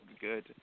good